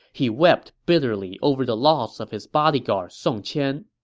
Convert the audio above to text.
he wept bitterly over the loss of his bodyguard song qian